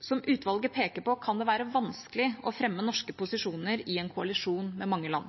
Som utvalget peker på, kan det være vanskelig å fremme norske posisjoner i en koalisjon med mange land.